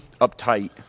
uptight